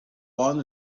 won